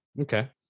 Okay